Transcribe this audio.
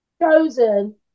chosen